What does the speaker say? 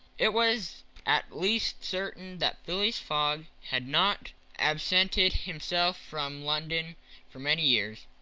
it was at least certain that phileas fogg had not absented himself from london for many years.